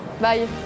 Bye